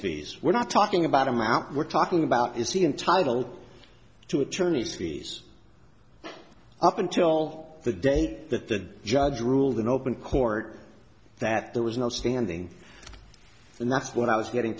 fees we're not talking about amount we're talking about is he entitled to attorney's fees up until the day that the judge ruled in open court that there was no standing and that's what i was getting